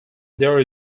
there